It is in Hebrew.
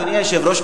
אדוני היושב-ראש,